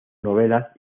novelas